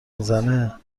میزنه